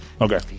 Okay